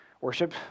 worship